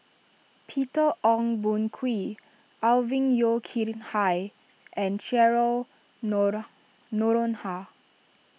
Peter Ong Boon Kwee Alvin Yeo Khirn Hai and Cheryl No Noronha